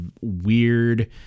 weird